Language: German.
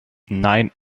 nein